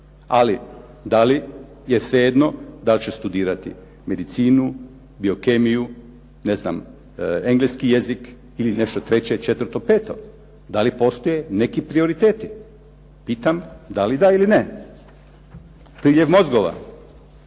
Ali da li je svejedno da li će studirati medicinu, biokemiju, engleski jezik ili nešto treće, četvrto, peto, da li postoje neki prioriteti. Pitam da li da ili ne. Priljev mozgova